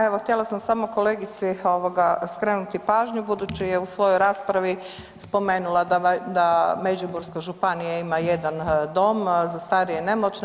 Evo htjela sam samo kolegici skrenuti pažnju budući je u svojoj raspravi spomenula da Međimurska županija ima jedan dom za starije i nemoćne.